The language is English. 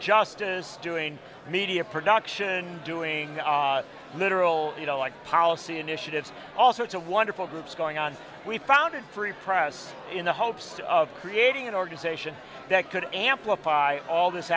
justice doing media production doing literal you know like policy initiatives also to wonderful groups going on we founded free press in the hopes of creating an organization that could amplify all this